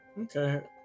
Okay